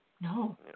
No